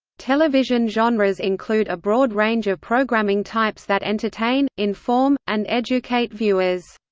television genres include a broad range of programming types that entertain, inform, and educate viewers.